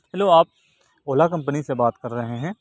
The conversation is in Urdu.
ہیلو آپ اولا کمپنی سے بات کر رہے ہیں